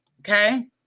okay